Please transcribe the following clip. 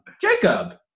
Jacob